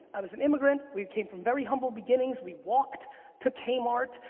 i was an immigrant, we came from very humble beginnings, we walked to k-mart.